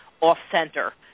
off-center